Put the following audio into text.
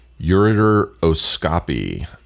ureteroscopy